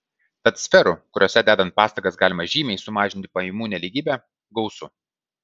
tad sferų kuriose dedant pastangas galima žymiai sumažinti pajamų nelygybę gausu